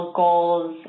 goals